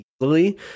easily